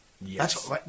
Yes